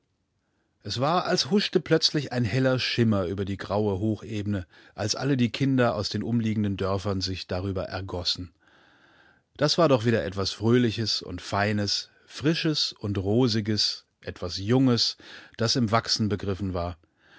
es war als husche plötzlich ein heller schimmer über die graue hochebene als alle die kinder aus den umliegenden dörfern sich darüber ergossen das war doch wieder etwas fröhliches und feines frisches und rosiges etwas junges das im wachsen begriffen war